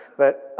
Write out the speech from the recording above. but.